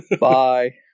Bye